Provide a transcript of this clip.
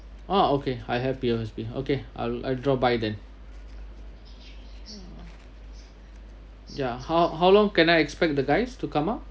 ah okay I be okay I'll I'll drop by then ya how how long can I expect the guys to come out